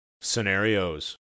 Scenarios